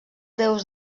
déus